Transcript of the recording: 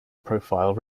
profile